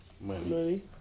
money